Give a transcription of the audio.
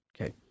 Okay